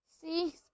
See